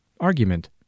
Argument